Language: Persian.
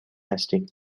هستیم